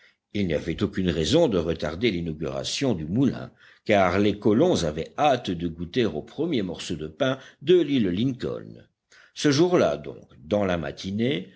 il n'y avait aucune raison de retarder l'inauguration du moulin car les colons avaient hâte de goûter au premier morceau de pain de l'île lincoln ce jour-là donc dans la matinée